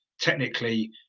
technically